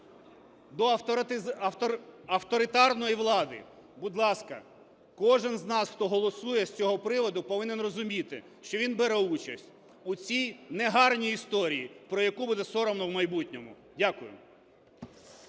до авторитарної влади. Будь ласка, кожен з нас, хто голосує з цього приводу, повинен розуміти, що він бере участь у цій негарній історії, про яку буде соромно в майбутньому. Дякую.